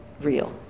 real